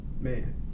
Man